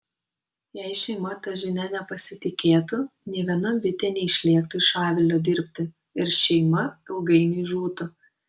jei šeima ta žinia nepasitikėtų nė viena bitė neišlėktų iš avilio dirbti ir šeima ilgainiui žūtų